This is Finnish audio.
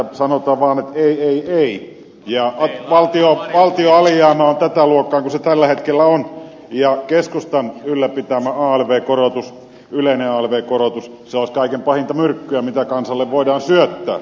kun valtion alijäämä on tätä luokkaa kuin se tällä hetkellä on niin keskustan ylläpitämä alv korotus yleinen alv korotus olisi kaikkein pahinta myrkkyä mitä kansalle voidaan syöttää